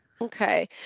Okay